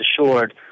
assured—